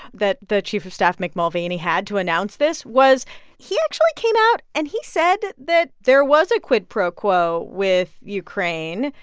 that the chief of staff, mick mulvaney, had to announce this, was he actually came out, and he said that there was a quid pro quo with ukraine.